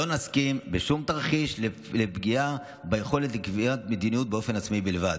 לא נסכים בשום תרחיש לפגיעה ביכולת לקביעת מדיניות באופן עצמי בלבד".